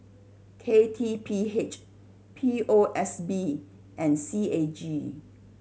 K T P H P O S B and C A G